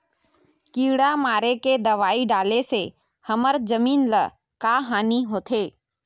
किड़ा मारे के दवाई डाले से हमर जमीन ल का हानि होथे?